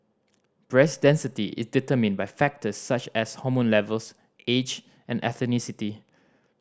breast density is determined by factors such as hormone levels age and ethnicity